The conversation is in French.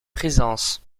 présence